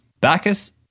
Bacchus